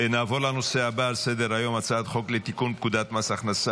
אני קובע כי הצעת חוק למניעת הטרדה מינית (תיקון מס' 16),